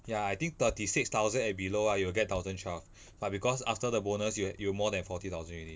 ya I think thirty six thousand and below ah you will get thousand twelve but because after the bonus you you more than forty thousand already